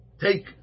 take